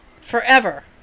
forever